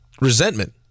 resentment